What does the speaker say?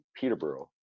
Peterborough